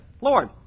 Lord